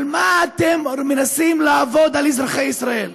על מי אתם מנסים לעבוד, על אזרחי ישראל?